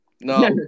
no